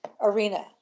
arena